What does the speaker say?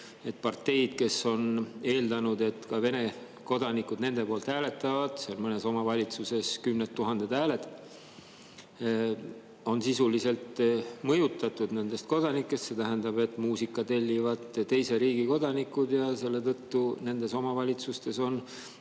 et parteid, kes on eeldanud, et nende poolt hääletavad ka Vene kodanikud – mõnes omavalitsuses kümned tuhanded hääled –, on sisuliselt mõjutatud nendest kodanikest. See tähendab, et muusika tellivad teise riigi kodanikud ja selle tõttu on nendes omavalitsustes